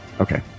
okay